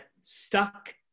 stuck